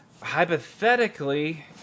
Hypothetically